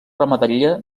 ramaderia